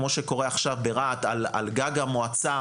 כמו שקורה עכשיו ברהט על גג המועצה,